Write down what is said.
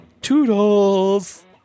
Toodles